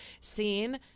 seen